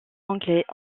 anglais